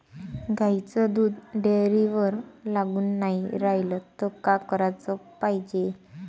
गाईचं दूध डेअरीवर लागून नाई रायलं त का कराच पायजे?